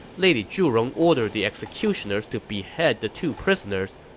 lady zhurong ordered the executioners to behead the two prisoners,